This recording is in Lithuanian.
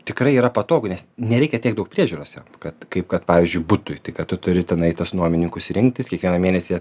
tikrai yra patogu nes nereikia tiek daug priežiūros jam kad kaip kad pavyzdžiui butui tai kad tu turi tenai tuos nuomininkus rinktis kiekvieną mėnesį